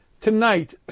Tonight